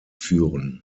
führen